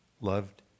loved